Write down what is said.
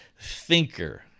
thinker